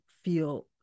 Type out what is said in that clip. Feel